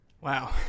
Wow